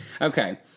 Okay